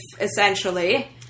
essentially